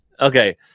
Okay